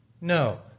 No